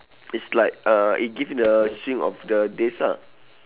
it's like uh it give the swing of the days ah